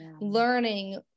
learning